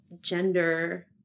gender